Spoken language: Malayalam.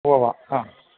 ഉവ്വ ഉവ്വ ആ